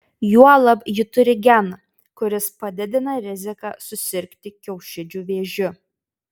juolab ji turi geną kuris padidina riziką susirgti kiaušidžių vėžiu